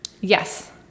Yes